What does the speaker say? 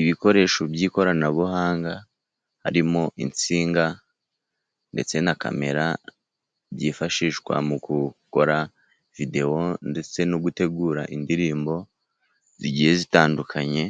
Ibikoresho by'ikoranabuhanga, harimo insinga ndetse na kamera, byifashishwa mu gukora videwo ndetse no gutegura indirimbo zigiye zitandukanye,